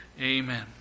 amen